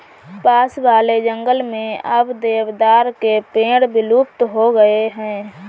पास वाले जंगल में अब देवदार के पेड़ विलुप्त हो गए हैं